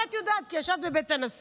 אבל את יודעת, כי ישבת בבית הנשיא.